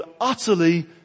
utterly